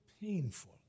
painful